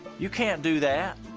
you can't do that.